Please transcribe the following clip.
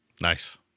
Nice